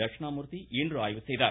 தட்சணாமூர்த்தி இன்று ஆய்வு செய்தார்